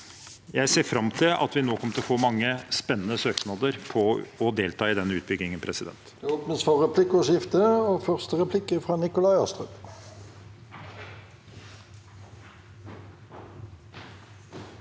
Jeg ser fram til at vi nå kommer til å få mange spennende søknader om å delta i denne utbyggingen. Presidenten